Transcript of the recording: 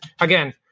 again